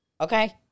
Okay